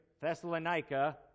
Thessalonica